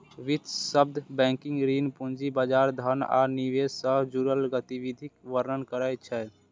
वित्त शब्द बैंकिंग, ऋण, पूंजी बाजार, धन आ निवेश सं जुड़ल गतिविधिक वर्णन करै छै